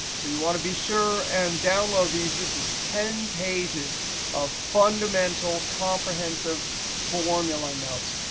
so you want to be sure and download these. this is ten pages of fundamental, comprehensive formula notes.